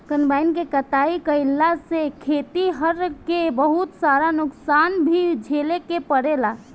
combine से कटाई कईला से खेतिहर के बहुत सारा नुकसान भी झेले के पड़ेला